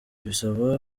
bisaba